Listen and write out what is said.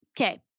Okay